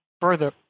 further